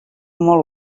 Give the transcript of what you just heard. molt